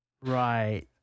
right